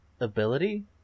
ability